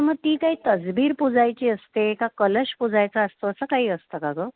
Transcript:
मग ती काही तसबीर पूजायची असते का कलश पूजायचा असतो असं काही असतं का गं